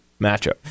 matchup